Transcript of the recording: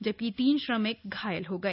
जबकि तीन श्रमिक घायल हो गए